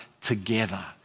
together